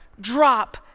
drop